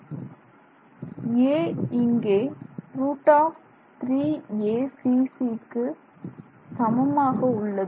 a இங்கே √3acc க்கு சமமாக உள்ளது